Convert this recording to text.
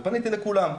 ופניתי לכולם.